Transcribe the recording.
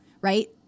right